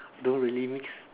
don't really mix